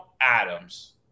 Adams